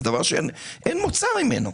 זה דבר שאין מוצא ממנו.